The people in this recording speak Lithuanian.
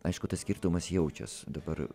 aišku tas skirtumas jaučias dabar